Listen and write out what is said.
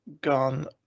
gone